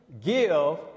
give